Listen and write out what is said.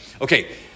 Okay